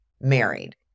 married